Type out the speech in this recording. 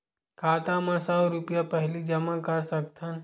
खाता मा सौ रुपिया पहिली जमा कर सकथन?